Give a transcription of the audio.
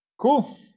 Cool